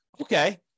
Okay